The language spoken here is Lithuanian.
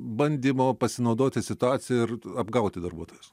bandymo pasinaudoti situacija ir apgauti darbuotojus